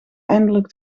eindelijk